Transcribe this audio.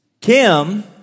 Kim